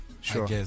Sure